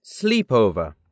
Sleepover